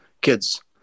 kids